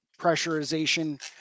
pressurization